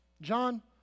John